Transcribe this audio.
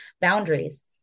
boundaries